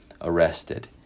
arrested